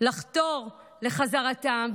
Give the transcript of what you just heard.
לחתור לחזרתם.